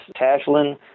Tashlin